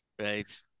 Right